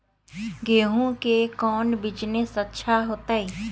गेंहू के कौन बिजनेस अच्छा होतई?